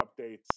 updates